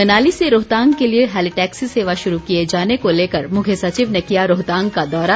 मनाली से रोहतांग के लिए हैली टैक्सी सेवा शुरू किए जाने को लेकर मुख्य सचिव ने किया रोहतांग का दौरा